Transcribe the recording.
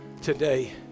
today